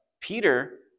Peter